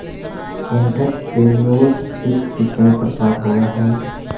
entrepreneurship के कई प्रकार होवऽ हई